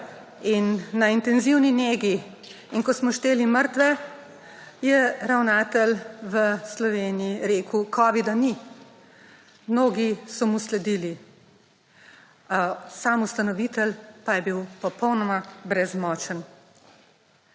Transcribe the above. in na intenzivni negi in ko smo šteli mrtve, je ravnatelj v Sloveniji rekel: »Covida ni.« Mnogi so mu sledili. Sam ustanovitelj pa je bil popolnoma brezmočen.